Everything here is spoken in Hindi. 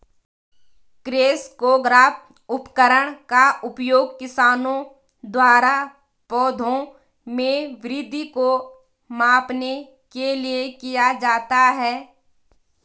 क्रेस्कोग्राफ उपकरण का उपयोग किसानों द्वारा पौधों में वृद्धि को मापने के लिए किया जाता है